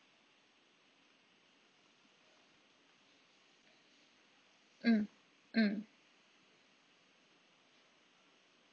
mm mm